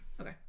okay